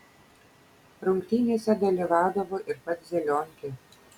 rungtynėse dalyvaudavo ir pats zelionkė